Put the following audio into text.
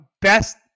best